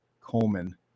Coleman